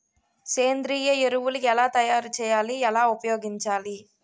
సేంద్రీయ ఎరువులు ఎలా తయారు చేయాలి? ఎలా ఉపయోగించాలీ?